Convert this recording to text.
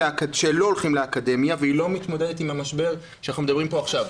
שלא הולכים לאקדמיה והיא לא מתמודדת עם המשבר שאנחנו מדברים פה עכשיו.